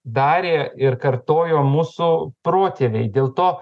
darė ir kartojo mūsų protėviai dėl to